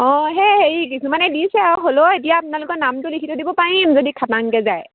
অঁ সেই হেৰি কিছুমানে দিছে আৰু হ'লেও এতিয়া আপোনালোকৰ নামটো লিখি থৈ দিব পাৰিম যদি খাতাংকৈ যায়